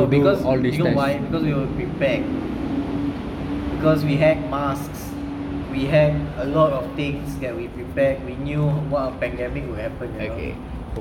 no because you know why because we were prepared because we had masks we had a lot of things that we prepared we knew what a pandemic would happen you know